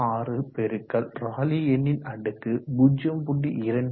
56 பெருக்கல் ராலி எண்ணின் அடுக்கு 0